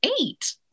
eight